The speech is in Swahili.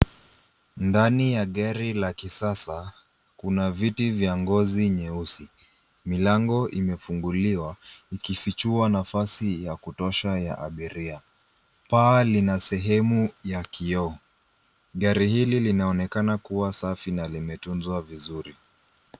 Ndani ya gari la kisasa kuna viti vya ngozi nyeusi. Milango imefunguliwa ikifichua nafasi ya kutosha ya abiria. Paa lina sehemu ya kioo. Gari hili linaonekana kuwa safi na limetunzwa vizuri.